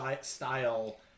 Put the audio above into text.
style